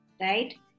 right